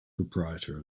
proprietor